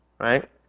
right